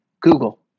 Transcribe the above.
Google